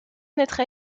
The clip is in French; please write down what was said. naîtra